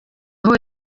aho